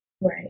right